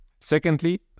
Secondly